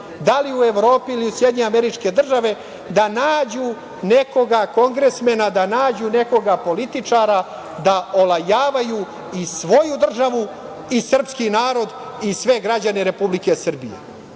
da li u Evropi ili u SAD, da nađu nekoga kongresmena, da nađu nekog političara da olajavaju i svoju državu, i srpski narod, i sve građane Republike Srbije. Dakle,